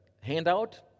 handout